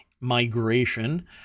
Migration